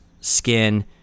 skin